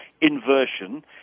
inversion